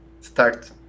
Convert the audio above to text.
start